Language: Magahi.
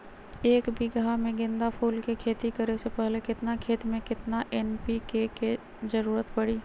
एक बीघा में गेंदा फूल के खेती करे से पहले केतना खेत में केतना एन.पी.के के जरूरत परी?